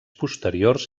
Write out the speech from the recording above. posteriors